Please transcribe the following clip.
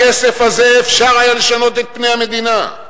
בכסף הזה אפשר היה לשנות את פני המדינה.